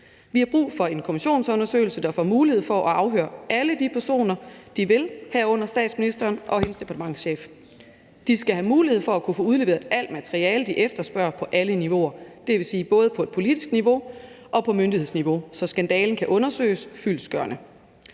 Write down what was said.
Vi har brug for en kommissionsundersøgelse, der får mulighed for at afhøre alle de personer, man vil, herunder statsministeren og hendes departementschef. Kommissionen skal have mulighed for at kunne få udleveret alt materiale, den efterspørger, på alle niveauer – dvs. både på et politisk niveau og på myndighedsniveau – så skandalen kan undersøges fyldestgørende.